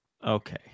Okay